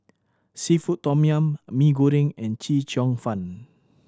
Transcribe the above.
seafood tom yum Mee Goreng and Chee Cheong Fun